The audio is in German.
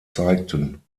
zeigten